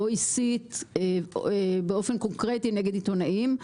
או הסית באופן קונקרטי נגד עיתונאים.